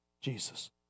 Jesus